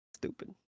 stupid